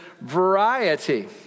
variety